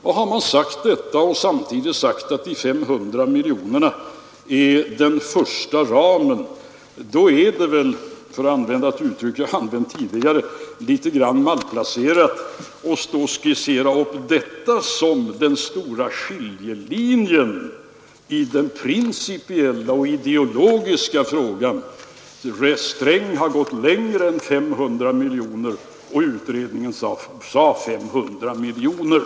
Om man har sagt detta och samtidigt sagt att de 500 miljonerna är den första ramen, är det väl — för att ta till ett uttryck som jag använt tidigare — litet malplacerat att skissera upp detta som den stora skiljelinjen i den principiella och ideologiska frågan: Sträng har gått längre än 500 miljoner, medan utredningen sagt 500 miljoner.